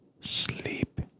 sleep